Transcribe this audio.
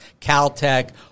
Caltech